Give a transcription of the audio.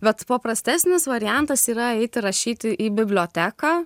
bet paprastesnis variantas yra eiti rašyti į biblioteką